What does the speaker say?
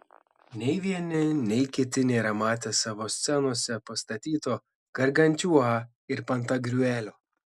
nei vieni nei kiti nėra matę savo scenose pastatyto gargantiua ir pantagriuelio